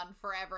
forever